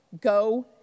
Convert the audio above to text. go